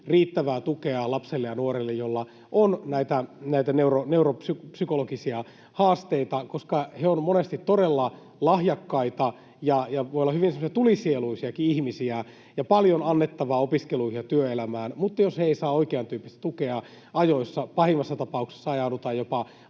riittävää tukea lapsille ja nuorille, joilla on näitä neuropsykologisia haasteita, koska he ovat monesti todella lahjakkaita ja voivat olla hyvin semmoisia tulisieluisiakin ihmisiä, joilla on paljon annettavaa opiskelu- ja työelämään, mutta jos he eivät saa oikeantyyppistä tukea ajoissa, pahimmassa tapauksessa ajaudutaan jopa